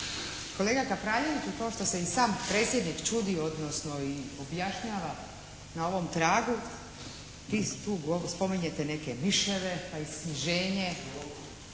kolega Kapraljeviću kao što se i sam predsjednik čudi odnosno i objašnjava na ovom tragu vi tu spominjete neke miševe pa isknjiženje.